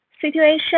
situation